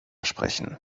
sprechen